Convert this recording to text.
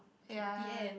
ya